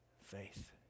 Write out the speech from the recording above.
faith